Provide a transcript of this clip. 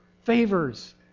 favors